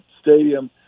stadium